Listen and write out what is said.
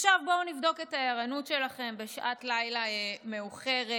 עכשיו בואו נבדוק את הערנות שלכם בשעת לילה מאוחרת,